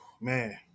man